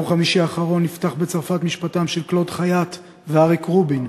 ביום חמישי האחרון נפתח בצרפת משפטם של קלוד חייט ואריק רובין,